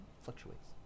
fluctuates